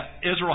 Israel